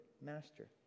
master